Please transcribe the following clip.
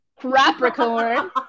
Capricorn